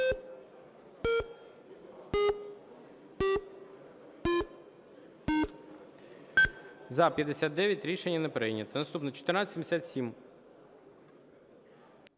За-59 Рішення не прийнято. Наступна 1477.